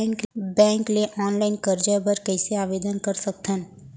Bank ले online करजा बर कइसे आवेदन कर सकथन?